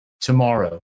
tomorrow